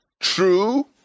true